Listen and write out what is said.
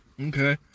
Okay